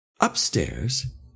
Upstairs